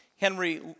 Henry